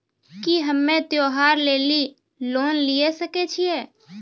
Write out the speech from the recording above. की हम्मय त्योहार लेली लोन लिये सकय छियै?